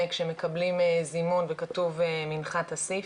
כשמקבלים זימון וכתוב "מנחת אסיף",